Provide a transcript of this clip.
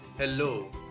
hello